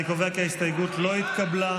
אני קובע כי ההסתייגות לא התקבלה.